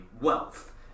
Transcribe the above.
wealth